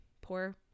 poor